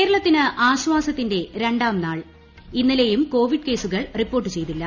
കേരളത്തിന് ആശ്ചാ്സത്തിന്റെ രണ്ടാം നാൾ ഇന്നലെയും ക്ട്രീവ്യിഡ് കേസുകൾ റിപ്പോർട്ട് ചെയ്തില്ല